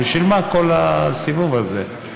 בשביל מה כל הסיבוב הזה?